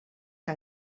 que